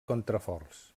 contraforts